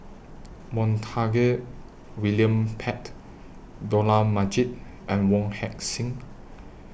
Montague William Pett Dollah Majid and Wong Heck Sing